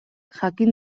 jakin